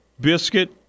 biscuit